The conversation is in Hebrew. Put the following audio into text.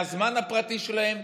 מהזמן הפרטי שלהם,